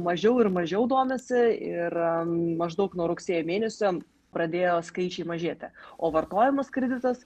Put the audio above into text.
mažiau ir mažiau domisi ir maždaug nuo rugsėjo mėnesio pradėjo skaičiai mažėti o vartojamas kreditas